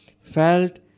felt